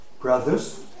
brothers